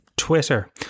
Twitter